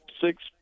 six